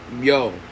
Yo